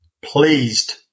pleased